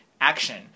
action